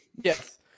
Yes